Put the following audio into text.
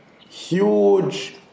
huge